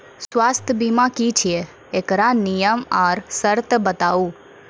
स्वास्थ्य बीमा की छियै? एकरऽ नियम आर सर्त बताऊ?